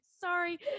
sorry